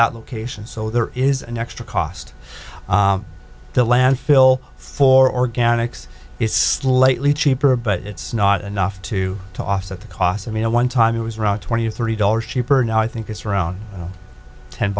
that location so there is an extra cost the landfill for organics is slightly cheaper but it's not enough to to offset the cost i mean at one time it was around twenty or thirty dollars cheaper now i think it's around ten